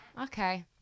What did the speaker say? Okay